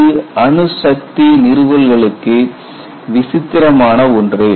இது அணுசக்தி நிறுவல்களுக்கு விசித்திரமான ஒன்று